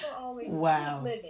wow